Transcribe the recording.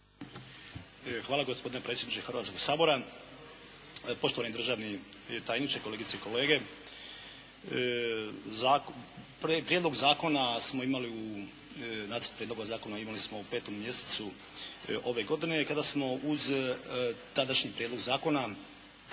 Hvala gospodine predsjedniče Hrvatskoga sabora. Poštovani državni tajniče, kolegice i kolege. Prijedlog zakona smo imali, nacrt prijedloga zakona imali smo u 5. mjesecu ove godine kada smo uz tadašnji prijedlog zakona